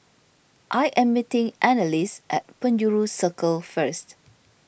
I am meeting Anneliese at Penjuru Circle First